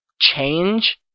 change